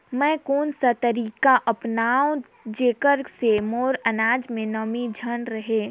मैं कोन कस तरीका अपनाओं जेकर से मोर अनाज म नमी झन रहे?